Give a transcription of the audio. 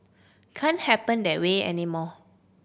can happen that way anymore